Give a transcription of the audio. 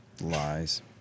Lies